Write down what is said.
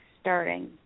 starting